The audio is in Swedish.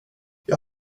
jag